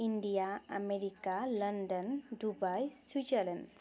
India America London Dubai Switzerland